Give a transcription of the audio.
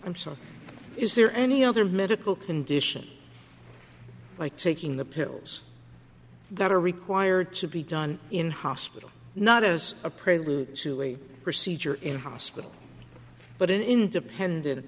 him so is there any other medical condition like taking the pills that are required to be done in hospital not as a prelude to a procedure in hospital but an independent